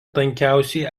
tankiausiai